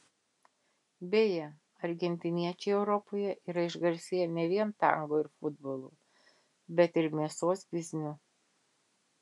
beje argentiniečiai europoje yra išgarsėję ne vien tango ir futbolu bet ir mėsos bizniu